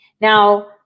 Now